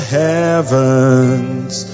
heavens